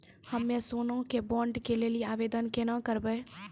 हम्मे सोना के बॉन्ड के लेली आवेदन केना करबै?